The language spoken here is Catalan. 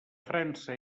frança